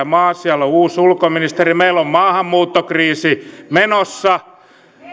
maa siellä on uusi ulkoministeri meillä on maahanmuuttokriisi menossa